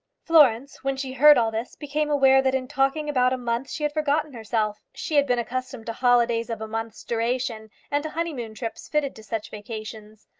florence, when she heard all this, became aware that in talking about a month she had forgotten herself. she had been accustomed to holidays of a month's duration and to honeymoon trips fitted to such vacations.